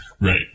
Right